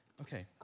Okay